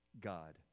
God